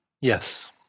yes